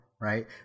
right